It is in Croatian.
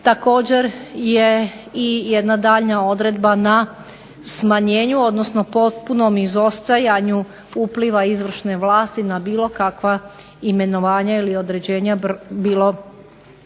Također je jedna daljnja odredba na smanjenju odnosno potpunom izostajanju upliva izvršne vlasti na bilo kakva imenovanja ili određenja bilo